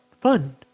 fun